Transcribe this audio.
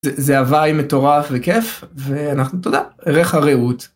זה הוואי מטורף וכיף, ואנחנו תודה, ערך הרעות.